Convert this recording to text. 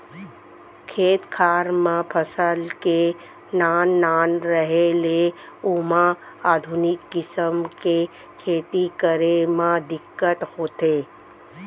खेत खार म फसल के नान नान रहें ले ओमा आधुनिक किसम के खेती करे म दिक्कत होथे